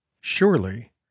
surely